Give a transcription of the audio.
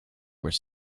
where